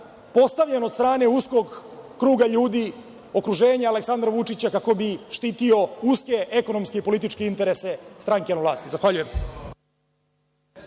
postavljen od strane uskog kruga ljudi, okruženja Aleksandra Vučića kako bi štitio uske, ekonomske i političke interese stranke na vlasti. Zahvaljujem.